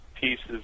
Pieces